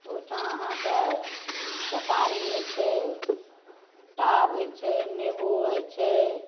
ओहिठाम अहाँके केतारी होइ छै टाभ होइ छै नेबो होइ छै